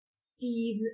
Steve